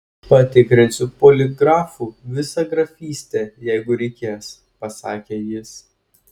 patikrinsiu poligrafu visą grafystę jeigu reikės pasakė jis